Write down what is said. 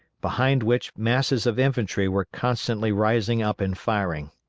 behind which masses of infantry were constantly rising up and firing.